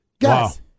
Guys